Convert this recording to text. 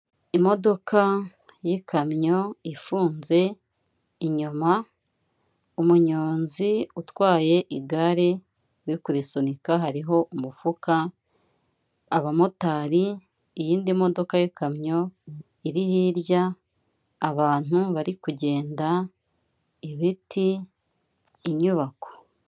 Imodoka y'ikamyo ifunze inyuma, umunyonzi utwaye igare uri kurisunika hariho umufuka, abamotari, iyindi modoka y'ikamyo iri hirya, abantu bari kugenda, ibiti, inyubako.